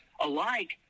alike